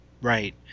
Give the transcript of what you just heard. right